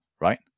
right